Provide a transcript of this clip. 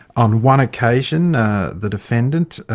on one occasion the defendant